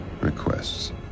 requests